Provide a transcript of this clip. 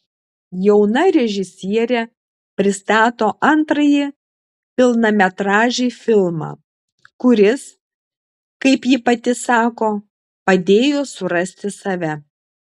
jauna režisierė pristato antrąjį pilnametražį filmą kuris kaip ji pati sako padėjo surasti save